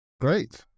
great